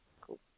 Cool